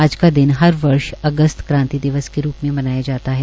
आज का दिन हर वर्ष अगस्त क्रांति दिवस के रूप में मनाया जाता है